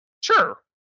Sure